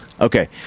Okay